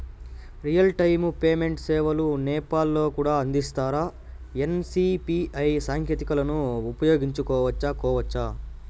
Real time payment సేవలు నేపాల్ లో కూడా అందిస్తారా? ఎన్.సి.పి.ఐ సాంకేతికతను ఉపయోగించుకోవచ్చా కోవచ్చా?